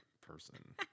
person